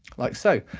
like so.